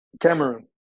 Cameroon